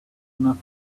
enough